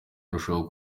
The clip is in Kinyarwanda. irushaho